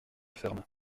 ferme